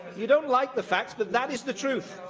you don't like the facts, but that is the truth.